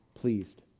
pleased